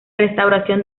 restauración